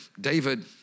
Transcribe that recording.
David